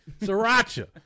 Sriracha